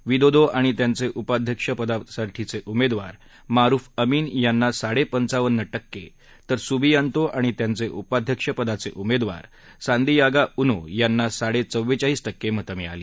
Widodo आणि त्यांचे उपाध्यक्ष पदांसाठीचे उमेदवार मारुफ अमिन यांना साडेपंचावन्न केक तर सुबीयांतो आणि त्यांचे उपाध्यक्ष पदाचे उमेदवार सांदियागा उनो यांना साडेचवेचाळीस िके मतं मिळाली